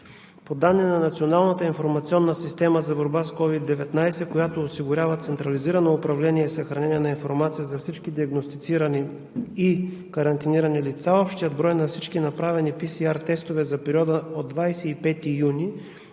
По данни на Националната информационна система за борба с COVID-19, която осигурява централизирано управление и съхранение на информация за всички диагностицирани и карантинирани лица, общият брой на всички направени PСR-тестове за периода от 25 юни